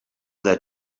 their